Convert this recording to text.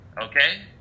okay